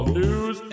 news